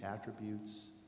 attributes